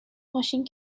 ماشین